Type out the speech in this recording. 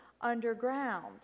underground